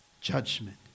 judgment